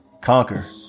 conquer